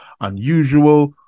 unusual